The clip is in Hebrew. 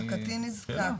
זה נחשב קטין נזקק.